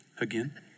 again